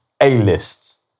A-list